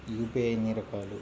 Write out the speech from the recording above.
UPI ఎన్ని రకాలు?